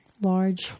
Large